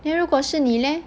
then 如果是你 leh